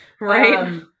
Right